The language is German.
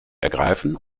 ergreifen